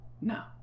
no